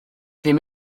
ddim